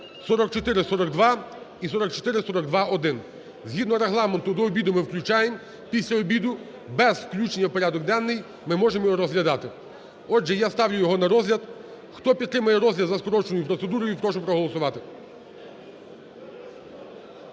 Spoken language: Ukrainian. (4442 і 4442-1). Згідно Регламенту до обіду ми включаємо, після обіду без включення в порядок денний ми можемо його розглядати. Отже, я ставлю його на розгляд. Хто підтримує розгляд за скороченою процедурою, прошу проголосувати.